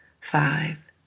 five